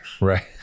Right